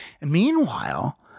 Meanwhile